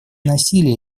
насилия